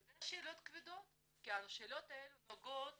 ואלה שאלות כבדות כי השאלות האלה נוגעות